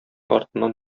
артыннан